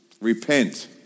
Repent